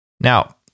Now